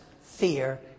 fear